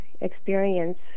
experience